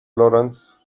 lawrence